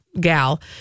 gal